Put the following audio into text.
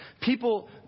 People